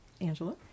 Angela